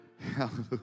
Hallelujah